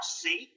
see